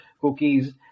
cookies